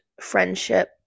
friendship